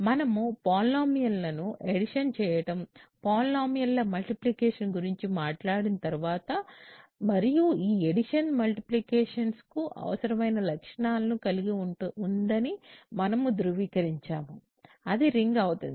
మనము పాలినోమియల్లను అడిషన్ చేయటం పాలినోమియల్ల మల్టిప్లికేషన్ గురించి మాట్లాడిన తర్వాత మరియు ఈ అడిషన్ మల్టిప్లికేషన్స్ కు అవసరమైన లక్షణాలను కలిగి ఉందని మనము ధృవీకరించాము అది రింగ్ అవుతుంది